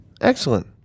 Excellent